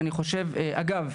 ואני חושב אגב,